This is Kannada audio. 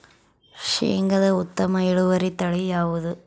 ಶೇಂಗಾದ ಉತ್ತಮ ಇಳುವರಿ ತಳಿ ಯಾವುದು?